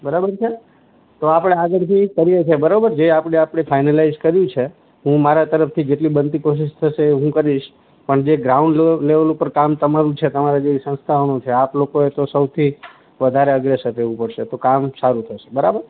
બરાબર છે તો આપણે આગળ જે કરીએ છીએ બરાબર જે આપણે આપણે ફઈનાલાઈઝ કર્યું છે હું મારા તરફથી જેટલી બનતી કોશિશ થશે એ હું કરીશ પણ જે ગ્રાઉન્ડ લો લેવેલ પર કામ તમારું છે તમારા જેવી સંસ્થાઓનું છે આપ લોકોએ તો સૌથી વધારે અગ્રેસર રહેવું પડશે તો કામ સારું થશે બરાબર